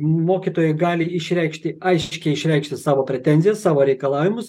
mokytojai gali išreikšti aiškiai išreikšti savo pretenzijas savo reikalavimus